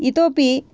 इतोऽपि